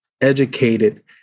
educated